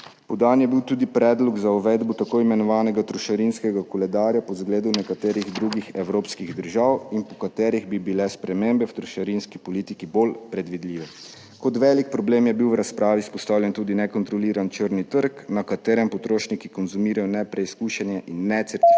Podan je bil tudi predlog za uvedbo tako imenovanega trošarinskega koledarja po zgledu nekaterih drugih evropskih držav, po katerem bi bile spremembe v trošarinski politiki bolj predvidljive. Kot velik problem je bil v razpravi izpostavljen tudi nekontroliran črni trg, na katerem potrošniki konzumirajo nepreizkušene in necertificirane